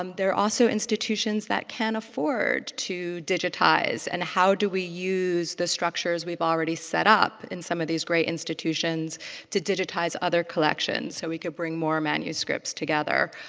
um there are also institutions that can't afford to digitize. and how do we use the structures we've already set up in some of these great institutions to digitize other collections so we can bring more manuscripts together?